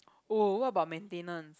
oh what about maintenance